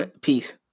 Peace